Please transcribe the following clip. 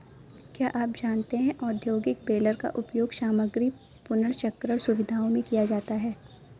क्या आप जानते है औद्योगिक बेलर का उपयोग सामग्री पुनर्चक्रण सुविधाओं में भी किया जाता है?